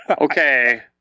Okay